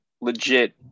legit